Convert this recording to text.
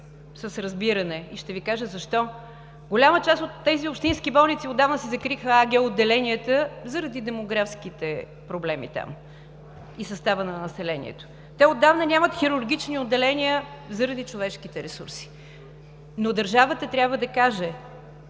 с разбиране и ще Ви кажа защо. Голяма част от тези общински болници отдавна си закриха АГ отделенията заради демографските проблеми там и състава на населението. Те отдавна нямат хирургични отделения заради човешките ресурси. Но държавата трябва да каже,